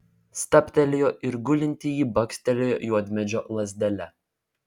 stabtelėjo ir gulintįjį bakstelėjo juodmedžio lazdele